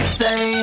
say